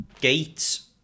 gates